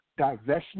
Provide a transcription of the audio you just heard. divestment